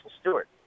Stewart